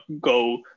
go